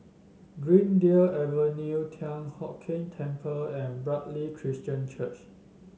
Greendale Avenue Thian Hock Keng Temple and Bartley Christian Church